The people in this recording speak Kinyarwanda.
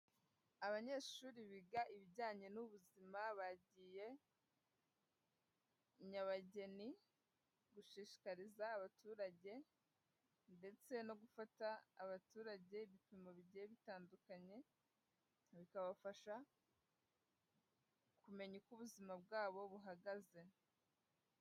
Abanyeshuri biga ibijyanye n'ubuzima, bagiye i Nyabageni gushishikariza abaturage ndetse no gufata abaturage ibipimo bigiye bitandukanye, bikabafasha kumenya uko ubuzima bwabo buhagaze.